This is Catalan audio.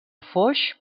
foix